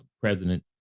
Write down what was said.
President